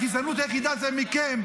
הגזענות היחידה זה מכם.